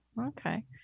Okay